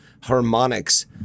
harmonics